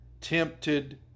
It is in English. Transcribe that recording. tempted